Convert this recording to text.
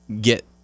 get